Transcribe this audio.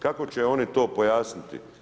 Kako će oni to pojasniti?